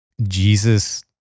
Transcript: jesus